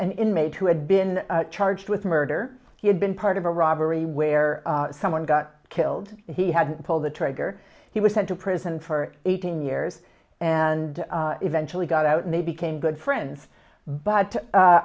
an inmate who had been charged with murder he had been part of a robbery where someone got killed he had pulled the trigger he was sent to prison for eighteen years and eventually got out and they became good friends but